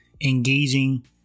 engaging